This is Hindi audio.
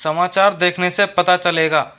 समाचार देखने से पता चलेगा